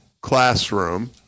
classroom